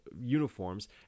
uniforms